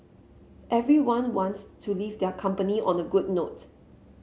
everyone wants to leave their company on a good note